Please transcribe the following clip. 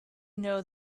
know